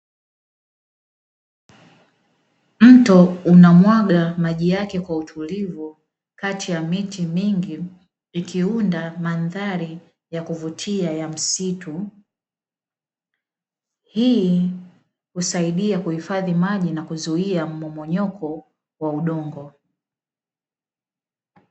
Mto unamwaga maji yake kwa utulivu kati ya miti mingi ikiunda madhari ya kuvutia ya msitu, hii husaidia kuhifadhim maji na mmomonyoko wa udongo.